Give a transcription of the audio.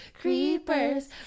creepers